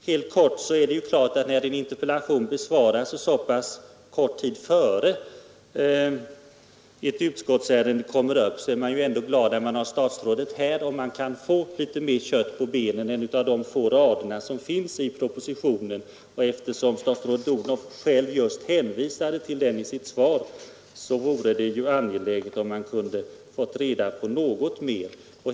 Herr talman! När en interpellation besvaras så kort tid innan utskottsärendet kommer upp till behandling är det klart att man är glad för att statsrådet är här, så att det skulle kunna gå att få litet mera kött på benen än de få rader som finns i propositionen. Eftersom statsrådet Odhnoff själv hänvisade till den i sitt svar hade det varit angeläget, att vi hade kunnat få reda på något mera.